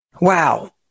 wow